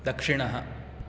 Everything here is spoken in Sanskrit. दक्षिणः